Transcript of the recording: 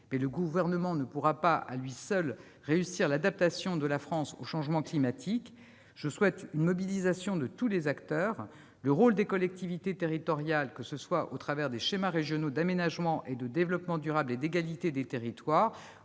mais le Gouvernement ne pourra pas à lui seul réussir l'adaptation de la France au changement climatique. Je souhaite une mobilisation de tous les acteurs. Le rôle des collectivités territoriales, que ce soit à travers les schémas régionaux d'aménagement, de développement durable et d'égalité des territoires